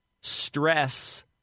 Stress